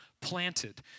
planted